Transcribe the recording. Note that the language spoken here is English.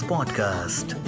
Podcast